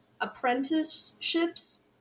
apprenticeships